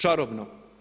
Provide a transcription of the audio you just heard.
Čarobno.